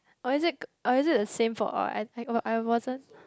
or is it or is it the same for all I I wasn't